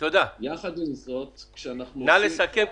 נא לסכם,